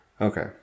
Okay